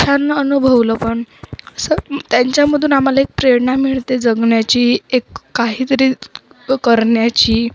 छान अनुभवलं पण असं त्यांच्यामधून आम्हाला एक प्रेरणा मिळते जगण्याची एक काहीतरी करण्याची